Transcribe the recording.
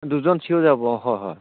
দুজন চিওৰ যাব অঁ হয় হয়